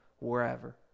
wherever